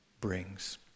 brings